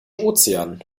ozean